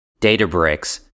Databricks